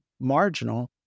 marginal